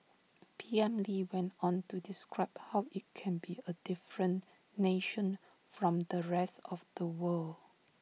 P M lee went on to describe how IT can be A different nation from the rest of the world